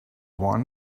want